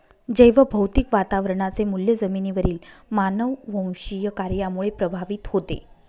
जैवभौतिक वातावरणाचे मूल्य जमिनीवरील मानववंशीय कार्यामुळे प्रभावित होते